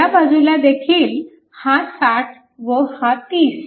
ह्या बाजूलादेखील हा 60 व हा 30